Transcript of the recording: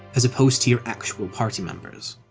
as opposed to your actual party members.